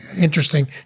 interesting